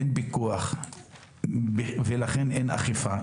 אין פיקוח ולכן אין אכיפה.